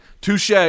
Touche